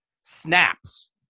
snaps